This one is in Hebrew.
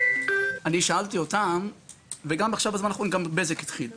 בזמן האחרון גם בזק התחילו,